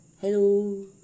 Hello